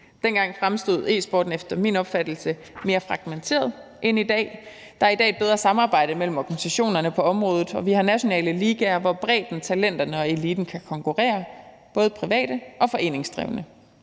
Dengang fremstod e-sporten efter min opfattelse mere fragmenteret end i dag. Der er i dag et bedre samarbejde mellem organisationerne på området, og vi har nationale ligaer, hvor bredden, talenterne og eliten kan konkurrere både privat og foreningsdrevet.